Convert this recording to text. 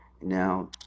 Now